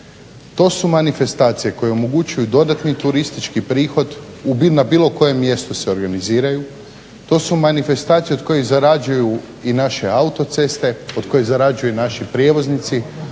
To su manifestacije koje omogućuju dodatni turistički prihod, na bilo kojem mjestu se organiziraju. To su manifestacije od kojih zarađuju i naše autoceste, od kojih zarađuju naši prijevoznici,